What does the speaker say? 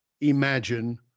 imagine